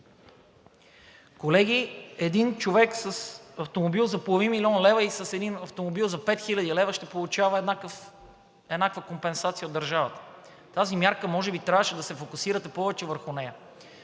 Колеги, един човек с автомобил за половин милион лева и един с автомобил за 5000 лв. ще получават еднаква компенсация от държавата. Върху тази мярка може би трябваше да се фокусирате повече. Тя